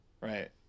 Right